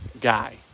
guy